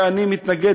אני מתנגד,